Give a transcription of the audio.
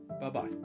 Bye-bye